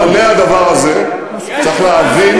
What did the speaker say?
אבל אלמלא הדבר הזה, צריך להבין,